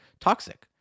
toxic